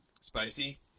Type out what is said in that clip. Spicy